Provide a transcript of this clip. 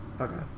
Okay